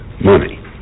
money